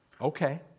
Okay